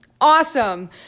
Awesome